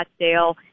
Scottsdale